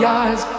eyes